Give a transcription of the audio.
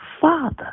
father